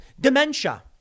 dementia